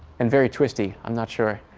and very twisty. i'm not sure.